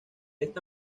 esta